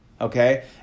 okay